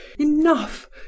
enough